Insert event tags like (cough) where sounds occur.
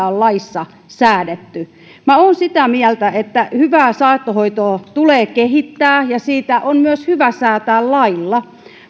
(unintelligible) on laissa säädetty olen sitä mieltä että hyvää saattohoitoa tulee kehittää ja siitä on myös hyvä säätää lailla